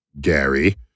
Gary